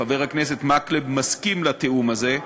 חבר הכנסת מקלב, מסכים לתיאום הזה.